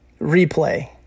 replay